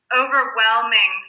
overwhelming